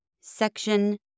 Section